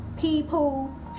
people